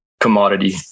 commodity